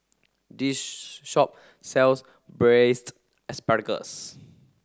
this shop sells braised asparagus